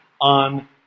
on